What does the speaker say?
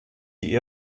die